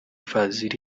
fazil